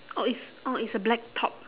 oh it's oh it's a black top